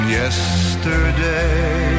yesterday